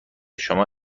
شما